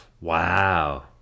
wow